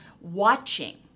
watching